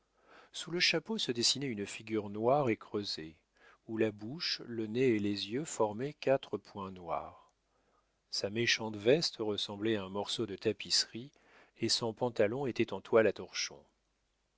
sous le chapeau se dessinait une figure noire et creusée où la bouche le nez et les yeux formaient quatre points noirs sa méchante veste ressemblait à un morceau de tapisserie et son pantalon était en toile à torchons